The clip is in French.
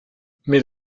mais